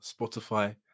Spotify